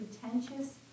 pretentious